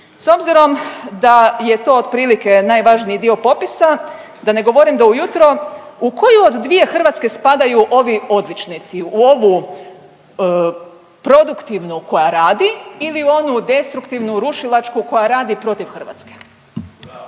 S obzirom da je to otprilike najvažniji dio popisa, da ne govorim da u jutro u koje od dvije Hrvatske spadaju ovi odličnici u ovu produktivnu koja radi ili u onu destruktivnu rušilačku koja radi protiv Hrvatske?